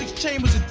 ah chambers